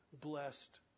Blessed